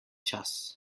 čas